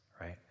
right